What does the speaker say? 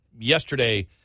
yesterday